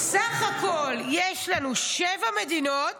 סך הכול יש לנו שבע מדינות